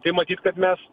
tai matyt kad mes